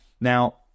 Now